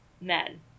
men